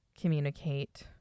communicate